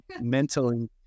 Mentally